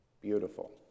Beautiful